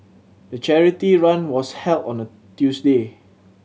the charity run was held on a Tuesday